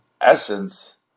essence